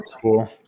Cool